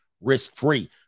risk-free